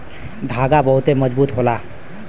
धागा बहुते मजबूत होला